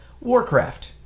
Warcraft